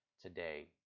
today